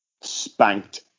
spanked